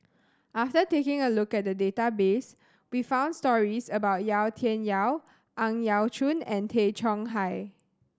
after taking a look at the database we found stories about Yau Tian Yau Ang Yau Choon and Tay Chong Hai